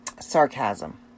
sarcasm